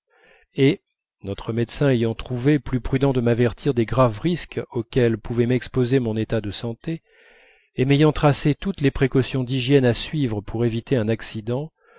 et notre médecin ayant trouvé plus prudent de m'avertir des graves risques auxquels pouvait m'exposer mon état de santé et m'ayant tracé toutes les précautions d'hygiène à suivre pour éviter un accident